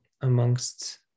amongst